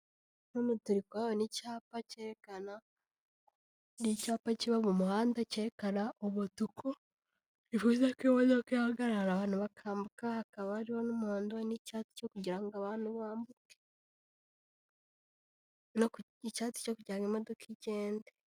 Hano turi kuhabona icyapa cyerekana, ni icyapa kiba mu muhanda cyerekana umutuku, bivuze ko imodoka ihagarara abantu bakambuke, haba n'umuhondo n'icyatsi, icyatsi cyo kugira ngo imodoka igende.